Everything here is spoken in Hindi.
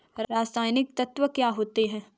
रसायनिक तत्व क्या होते हैं?